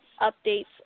updates